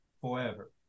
forever